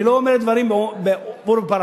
אני לא אומר דברים, עורבא פרח.